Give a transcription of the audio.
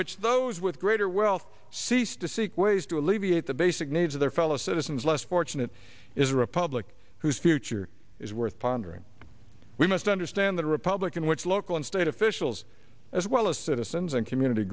which those with greater wealth cease to seek ways to alleviate the basic needs of their fellow citizens less fortunate is a republic whose future is worth pondering we must understand the republican which local and state officials as well as citizens and community